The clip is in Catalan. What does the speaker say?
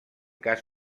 cas